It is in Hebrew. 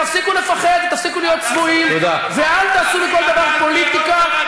תפסיקו לפחד ותפסיקו להיות צבועים ואל תעשו מכל דבר פוליטיקה.